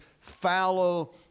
fallow